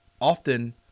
often